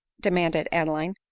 demanded adeline.